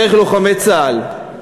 דרך לוחמי צה"ל.